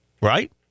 Right